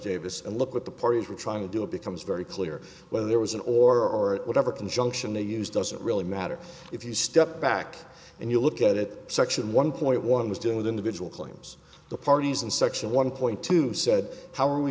davis and look at the parties were trying to do it becomes very clear whether there was an or whatever conjunction they use doesn't really matter if you step back and you look at it section one point one was doing with individual claims the parties in section one point two said how are we